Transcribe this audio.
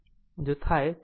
આમ જો તે થાય તો